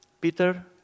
Peter